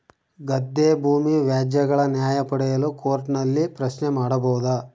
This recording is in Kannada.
ಗದ್ದೆ ಭೂಮಿ ವ್ಯಾಜ್ಯಗಳ ನ್ಯಾಯ ಪಡೆಯಲು ಕೋರ್ಟ್ ನಲ್ಲಿ ಪ್ರಶ್ನೆ ಮಾಡಬಹುದಾ?